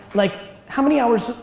like how many hours,